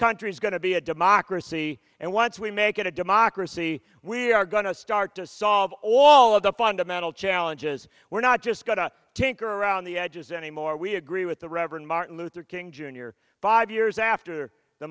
country is going to be a democracy and once we make it a democracy we are going to start to solve all of the fundamental challenges we're not just gotta tinker around the edges anymore we agree with the reverend martin luther king jr five years after the